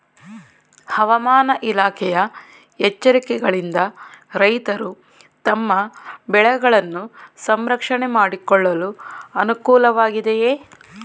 ಹವಾಮಾನ ಇಲಾಖೆಯ ಎಚ್ಚರಿಕೆಗಳಿಂದ ರೈತರು ತಮ್ಮ ಬೆಳೆಗಳನ್ನು ಸಂರಕ್ಷಣೆ ಮಾಡಿಕೊಳ್ಳಲು ಅನುಕೂಲ ವಾಗಿದೆಯೇ?